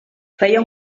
feia